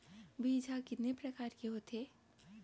बीज ह कितने प्रकार के होथे?